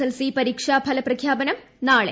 LC പരീക്ഷാഫല പ്രഖ്യാപനം നാളെ